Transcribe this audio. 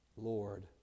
Lord